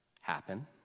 happen